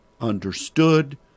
understood